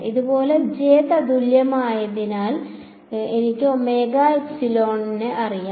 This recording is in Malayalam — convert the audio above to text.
അതുപോലെ j തത്തുല്യമായതിന് എനിക്ക് ഒമേഗ എപ്സിലോൺ അറിയാം